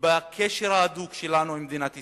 בקשר ההדוק שלנו עם מדינת ישראל,